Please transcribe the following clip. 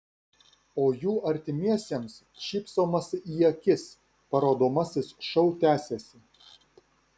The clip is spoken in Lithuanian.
o jų artimiesiems šypsomasi į akis parodomasis šou tęsiasi